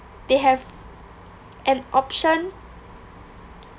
they have an option